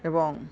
ଏବଂ